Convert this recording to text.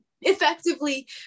effectively